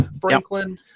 Franklin